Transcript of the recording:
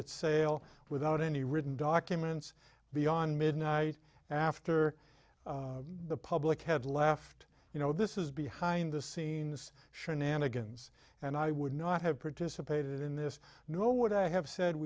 its sale without any written documents beyond midnight after the public had left you know this is behind the scenes shenanigans and i would not have participated in this nor would i have said